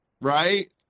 right